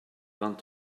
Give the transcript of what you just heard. vingt